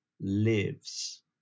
lives